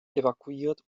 evakuiert